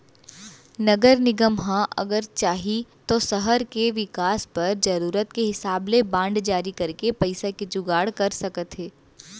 नगर निगम ह अगर चाही तौ सहर के बिकास बर जरूरत के हिसाब ले बांड जारी करके पइसा के जुगाड़ कर सकत हे